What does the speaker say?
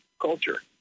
culture